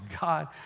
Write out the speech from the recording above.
God